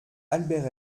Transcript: albert